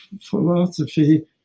philosophy